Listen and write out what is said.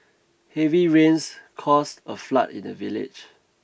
heavy rains caused a flood in the village